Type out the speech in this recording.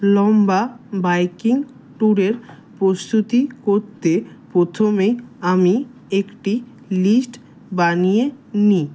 লম্বা বাইকিং ট্যুরের প্রস্তুতি করতে প্রথমেই আমি একটি লিস্ট বানিয়ে নিই